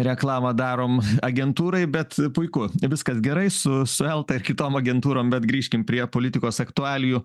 reklamą darom agentūrai bet puiku viskas gerai su su elta ir kitom agentūrom bet grįžkim prie politikos aktualijų